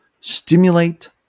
stimulate